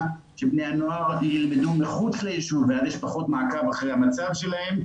שבני הנוער ילמדו מחוץ ליישוב ואז יש פחות מעקב אחרי המצב שלהם,